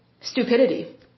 stupidity